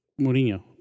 Mourinho